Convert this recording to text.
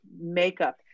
makeup